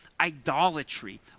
idolatry